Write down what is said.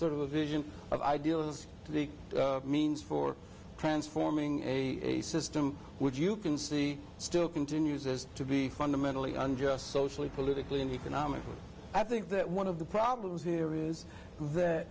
sort of a vision of ideals the means for transforming a system which you can see still continues as to be fundamentally unjust socially politically and economically i think that one of the problems here is